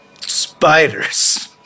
Spiders